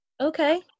Okay